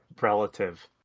relative